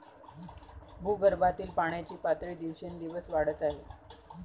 भूगर्भातील पाण्याची पातळी दिवसेंदिवस वाढत आहे